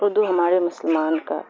اردو ہمارے مسلمان کا